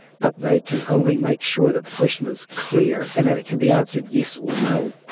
but they can only make sure that the question is clear and that it can be answered yes or no.